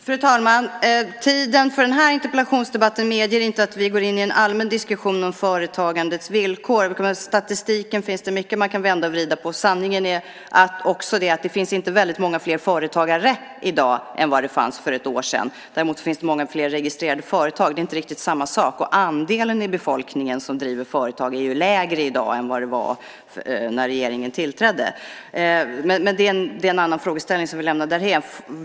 Fru talman! Tiden för interpellationsdebatten medger inte att vi går in i en allmän diskussion om företagandets villkor. I statistiken finns det mycket man kan vända och vrida på. Sanningen är att det inte finns väldigt många fler företagare i dag än vad det fanns för ett år sedan. Däremot finns det många fler registrerade företag. Det är inte riktigt samma sak. Andelen i befolkningen som driver företag är lägre i dag än när regeringen tillträdde. Men det är en annan frågeställning som vi lämnar därhän.